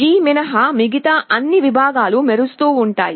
G మినహా మిగతా అన్ని విభాగాలు వెలుగుతూ ఉంటాయి